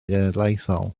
genedlaethol